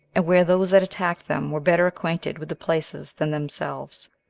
and where those that attacked them were better acquainted with the places than themselves.